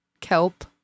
kelp